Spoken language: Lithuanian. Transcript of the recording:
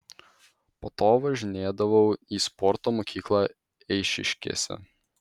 po to važinėdavau į sporto mokyklą eišiškėse